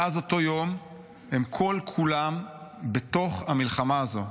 מאז אותו יום הם כל-כולם בתוך המלחמה הזו.